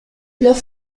los